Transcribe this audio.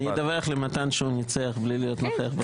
אני אדווח למתן שהוא ניצח מבלי להיות נוכח ...